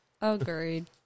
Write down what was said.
Agreed